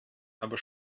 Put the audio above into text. aber